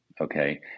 okay